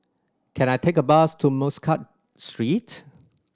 can I take a bus to Muscat Street